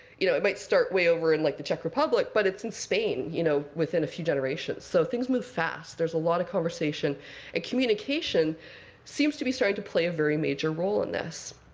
you know, it might start way over in like the czech republic, but it's in spain you know within a few generations. so things move fast. there's a lot of conversation, and communication seems to be starting to play a very major role in this.